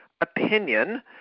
opinion